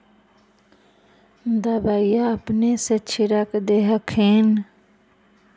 दबइया अपने से छीरक दे हखिन?